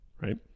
right